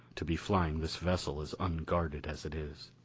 to be flying this vessel as unguarded as it is.